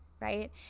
right